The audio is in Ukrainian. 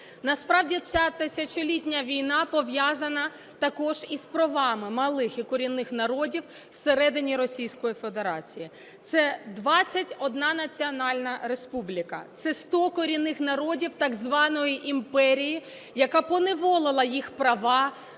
Насправді ця "тисячолітня" війна пов'язана також і з правами малих і корінних народів всередині Російської Федерації. Це 21 національна республіка, це 100 корінних народів так званої імперії, яка поневолила їх права